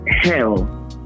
Hell